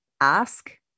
ask